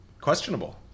questionable